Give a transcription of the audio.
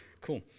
Cool